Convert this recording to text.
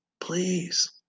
Please